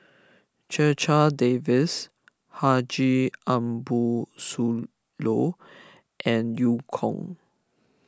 Checha Davies Haji Ambo Sooloh and Eu Kong